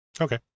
Okay